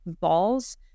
balls